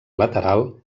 lateral